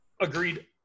agreed